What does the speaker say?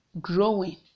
growing